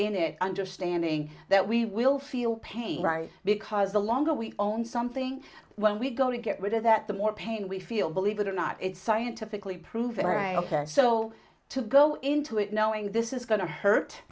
there understanding that we will feel pain right because the longer we own something when we go to get rid of that the more pain we feel believe it or not it's scientifically proven right ok so to go into it knowing this is going to hurt